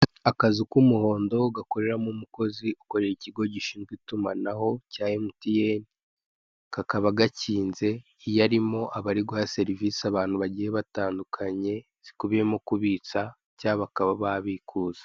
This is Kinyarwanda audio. Akazu k'umuhondo gakoreramo umukozi ukorera ikigo gishinzwe itumanaho cya emutiyeni, kakaba gakinze, iyo arimo aba ari guha serivise abantu zigiye zitandukanye zirimo kubitsa cyangwa bakaba babikuza.